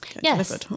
yes